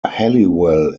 halliwell